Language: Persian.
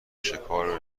شکار